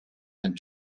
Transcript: and